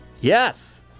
Yes